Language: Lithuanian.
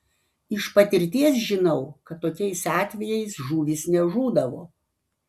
iš patirties žinau kad tokiais atvejais žuvys nežūdavo